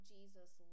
Jesus